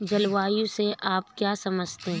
जलवायु से आप क्या समझते हैं?